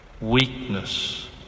weakness